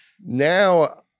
now